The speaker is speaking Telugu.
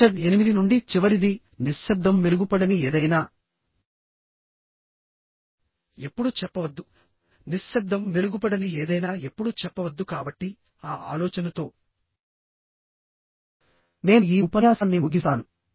రిచర్డ్ 8 నుండి చివరిది నిశ్శబ్దం మెరుగుపడని ఏదైనా ఎప్పుడూ చెప్పవద్దు నిశ్శబ్దం మెరుగుపడని ఏదైనా ఎప్పుడూ చెప్పవద్దు కాబట్టిఆ ఆలోచనతో నేను ఈ ఉపన్యాసాన్ని ముగిస్తాను